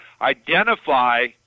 identify